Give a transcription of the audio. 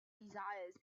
desires